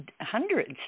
hundreds